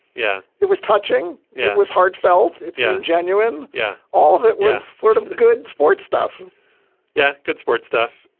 yeah it was touching. it was heartfelt. it's yeah genuine. yeah all of it was sort of good sport stuff yeah. good sport stuff.